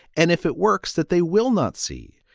and if it works, that they will not see.